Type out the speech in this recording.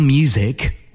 Music